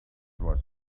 was